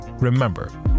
Remember